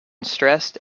stressed